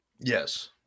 Yes